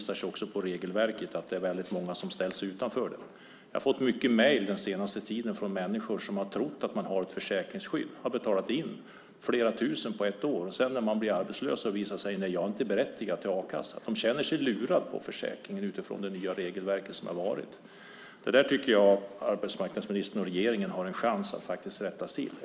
Regelverket gör att många ställs utanför. Jag har den senaste tiden fått många mejl från människor som har trott att de har ett försäkringsskydd. De har betalat in flera tusen kronor på ett år, och när de har blivit arbetslösa har de visat sig att de inte är berättigade till a-kassa. De känner sig lurade på försäkringen på grund av det nya regelverket. Arbetsmarknadsministern och regeringen har en chans att rätta till detta.